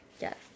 Yes